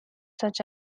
such